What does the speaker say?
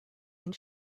and